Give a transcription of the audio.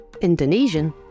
Indonesian